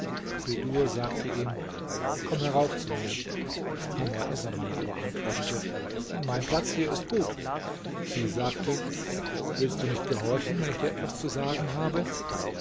bedur sagte ihm komm herauf zu mir kamr essaman aber antwortete mein platz hier ist gut sie sagte willst du nicht gehorchen wenn ich dir etwas zu sagen habe